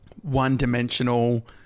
one-dimensional